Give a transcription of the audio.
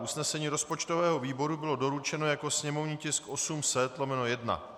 Usnesení rozpočtového výboru bylo doručeno jako sněmovní tisk 800/1.